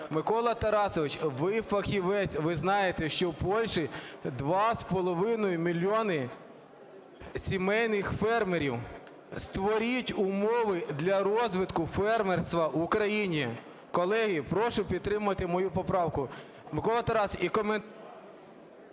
Микола Тарасович, ви фахівець, ви знаєте, що в Польщі 2,5 мільйона сімейних фермерів. Створіть умови для розвитку фермерства в Україні. Колеги, прошу підтримати мою поправку. Микола Тарасович, і… ГОЛОВУЮЧИЙ.